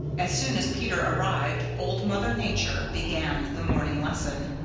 as soon as peter arrived old mother nature began the morning lesson.